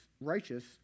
righteous